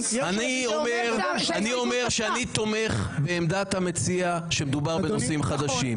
אומר שאני תומך בעמדת המציע שמדובר בנושאים חדשים.